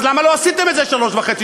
אז למה לא עשיתם את זה שלוש שנים וחצי?